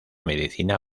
medicina